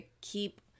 keep